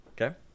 okay